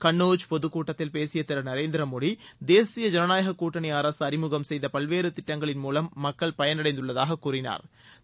கள்ளோஜ் பொதுக்கூட்டத்தில் பேசிய திரு நரேந்திர மோடி தேசிய ஜனநாயக கூட்டணி அரசு அறிமுகம் செய்த பல்வேறு திட்டங்களின் மூலம் மக்கள் பயனடைந்துள்ளதாக கூறினாா்